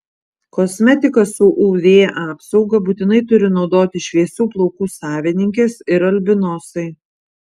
kosmetiką su uv apsauga būtinai turi naudoti šviesių plaukų savininkės ir albinosai